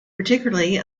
particularly